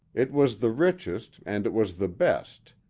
it was the richest and it was the best,